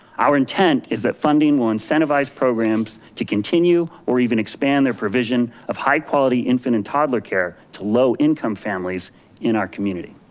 our intent is that funding will incentivize programs to continue or even expand their provision of high quality infant and toddler care to low income families in our community.